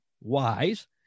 wise